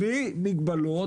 בלי מגבלות